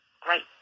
great